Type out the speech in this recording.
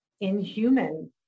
inhuman